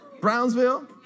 Brownsville